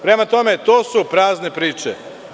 Prema tome, to su prazne priče.